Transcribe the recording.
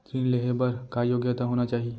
ऋण लेहे बर का योग्यता होना चाही?